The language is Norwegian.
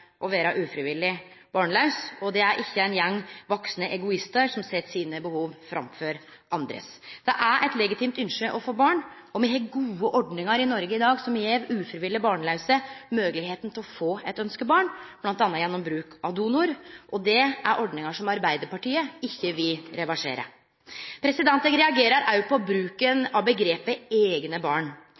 å vere ufrivillig barnlaus. Det er ikkje ein gjeng vaksne egoistar som set sine behov framfor andres. Det er eit legitimt ynske å få barn, og me har gode ordningar i Noreg i dag som gjev ufrivillig barnlause moglegheita til å få eit ynskebarn, bl.a. gjennom bruk av donor. Det er ordningar som Arbeidarpartiet ikkje vil reversere. Eg reagerer òg på bruken av omgrepet «eigne barn».